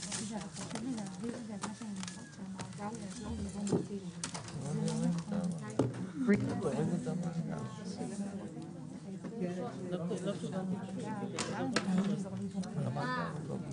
הישיבה ננעלה בשעה 11:46.